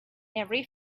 every